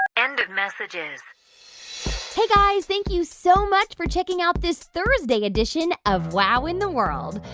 end of messages hey, guys. thank you so much for checking out this thursday edition of wow in the world.